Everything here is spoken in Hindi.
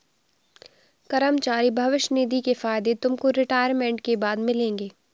कर्मचारी भविष्य निधि के फायदे तुमको रिटायरमेंट के बाद मिलेंगे